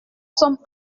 sommes